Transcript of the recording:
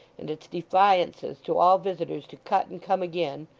and its defiances to all visitors to cut and come again,